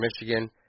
Michigan